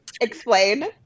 Explain